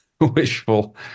wishful